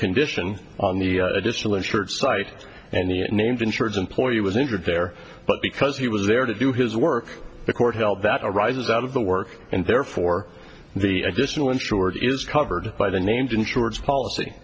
condition on the additional insurance site and the names insurance employee was injured there but because he was there to do his work the court held that arises out of the work and therefore the additional insured is covered by the named insurance policy